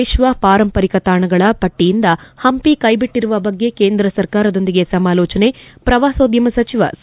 ವಿಶ್ವ ಪಾರಂಪರಿಕ ತಾಣಗಳ ಪಟ್ಟಿಯಿಂದ ಪಂಪಿ ಕೈಬಿಟ್ವಿರುವ ಬಗ್ಗೆ ಕೇಂದ್ರ ಸರ್ಕಾರದೊಂದಿಗೆ ಸಮಾಲೋಚನೆ ಪ್ರವಾಸೋದ್ಯಮ ಸಚಿವ ಸಾ